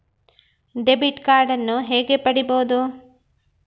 Debit ಕಾರ್ಡನ್ನು ಹೇಗೆ ಪಡಿಬೋದು?